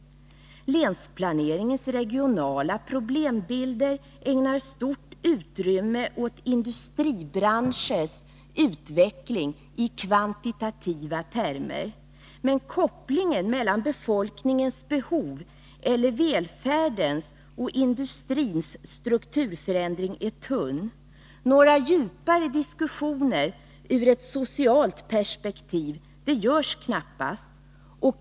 Länsplaneringens regionala problembilder ägnar stort utrymme åt industribranschers utveckling i kvantitativa termer. Men kopplingen mellan befolkningens behov, eller välfärden, och industrins strukturförändring är tunn. Några djupare diskussioner ur ett socialt perspektiv görs knappast.